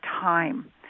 time